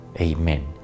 Amen